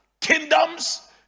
kingdoms